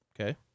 Okay